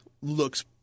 looks